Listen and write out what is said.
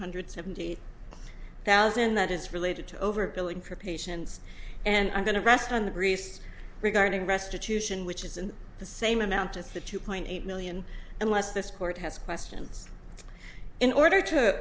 hundred seventy thousand that is related to over billing for patients and i'm going to rest on the grease regarding restitution which is in the same amount as the two point eight million unless this court has questions in order to